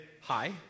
hi